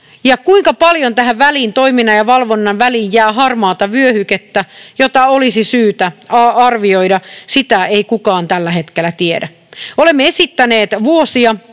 kuinka paljon tähän väliin, toiminnan ja valvonnan väliin, jää harmaata vyöhykettä, jota olisi syytä arvioida, ei kukaan tällä hetkellä tiedä. Olemme esittäneet vuosia